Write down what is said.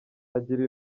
agira